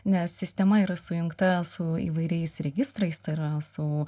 nes sistema yra sujungta su įvairiais registrais tai yra su